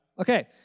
Okay